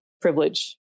privilege